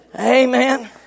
Amen